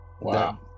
Wow